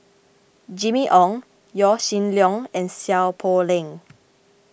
Jimmy Ong Yaw Shin Leong and Seow Poh Leng